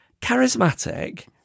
charismatic